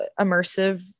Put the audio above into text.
immersive